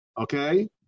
Okay